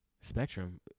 spectrum